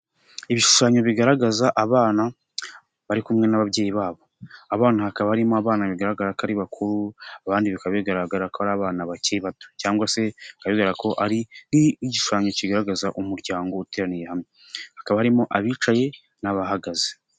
Ibishushanyo bigaragaza abana bari kumwe n'ababyeyi babo, abana hakaba harimo abana bigaragara ko ari bakuru abandi bikaba bigaragara ko ari abana bakiri bato cyangwa se bagaragara ko ari igishushanyo kigaragaza umuryango uteraniye hamwe, hakaba harimo abicaye n'abahagaze.